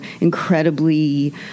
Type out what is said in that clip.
incredibly